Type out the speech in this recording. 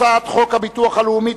הצעת חוק הביטוח הלאומי